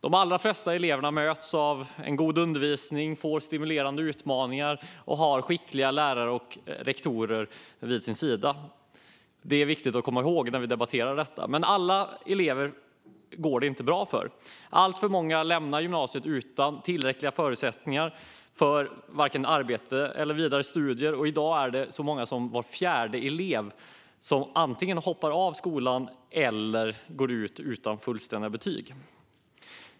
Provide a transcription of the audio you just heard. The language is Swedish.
De allra flesta av dem får god undervisning och stimulerande utmaningar och har skickliga lärare och rektorer vid sin sida. Det är viktigt att komma ihåg när vi debatterar detta. Men alla elever går det inte bra för. Alltför många lämnar gymnasiet utan tillräckliga förutsättningar för vare sig arbete eller vidare studier. I dag är det så många som var fjärde gymnasieelev som antingen hoppar av skolan eller går ut utan fullständiga betyg.